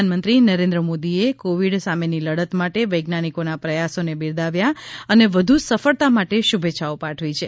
પ્રધાનમંત્રી નરેન્દ્ર મોદીએ કોવિડ સામેની લડત માટે વૈજ્ઞાનિકોના પ્રયાસોને બિરદાવ્યા છે અને વધુ સફળતા માટે શુભેચ્છાઓ પાઠવી છે